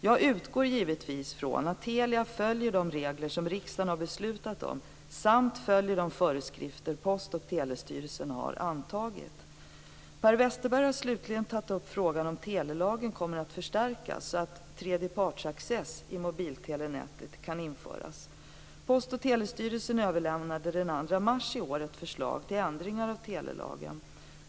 Jag utgår givetvis från att Telia följer de regler som riksdagen har beslutat om samt följer de föreskrifter Post och telestyrelsen har antagit. Per Westerberg har slutligen tagit upp frågan om telelagen kommer att förstärkas så att tredjepartsaccess i mobiltelefoninätet kan införas. Post och telestyrelsen överlämnade den 2 mars i år ett förslag till ändringar av telelagen.